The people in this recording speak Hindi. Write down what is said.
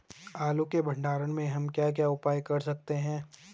आलू के भंडारण में हम क्या क्या उपाय कर सकते हैं?